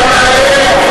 ואללה,